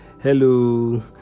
Hello